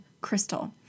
crystal